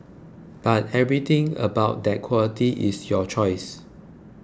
but everything about that quality is your choice